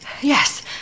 yes